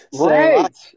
Right